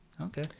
Okay